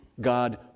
God